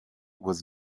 was